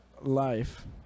life